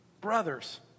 Brothers